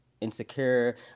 insecure